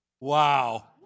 Wow